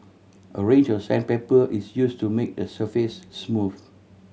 a range of sandpaper is used to make the surface smooth